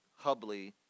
Hubley